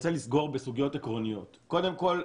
רוצה לסגור בסוגיות עקרוניות: קודם כל,